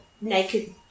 naked